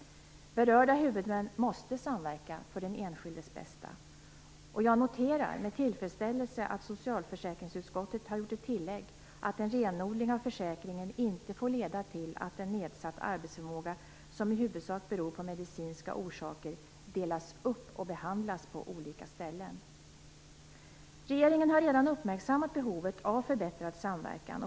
Berörda huvudmän måste samverka för den enskildes bästa. Jag noterar med tillfredsställelse socialförsäkringsutskottets tilllägg att en renodling av försäkringen inte får leda till att en nedsatt arbetsförmåga som i huvudsak beror på medicinska orsaker "delas upp" och behandlas på olika ställen. Regeringen har redan uppmärksammat behovet av förbättrad samverkan.